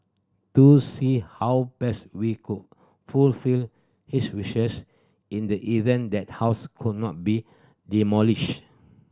to see how best we could fulfill his wishes in the event that house could not be demolished